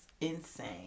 insane